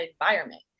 environment